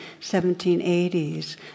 1780s